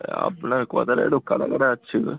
আপনার কথাটা একটু কাটা কাটা আসছিলো